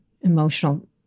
emotional